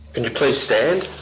and you please stand,